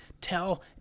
tell